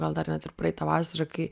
gal dar net ir praeitą vasarą kai